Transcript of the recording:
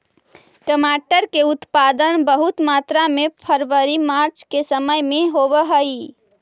टमाटर के उत्पादन बहुत मात्रा में फरवरी मार्च के समय में होवऽ हइ